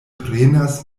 prenas